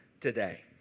today